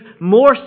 more